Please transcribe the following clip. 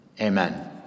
Amen